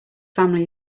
family